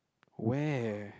where